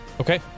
Okay